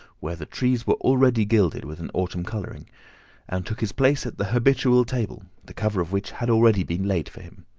where the trees were already gilded with an autumn colouring and took his place at the habitual table, the cover of which had already been laid for him.